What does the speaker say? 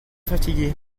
fatigués